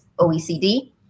OECD